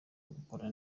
gukora